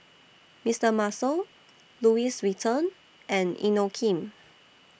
Mister Muscle Louis Vuitton and Inokim